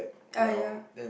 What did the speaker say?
ah ya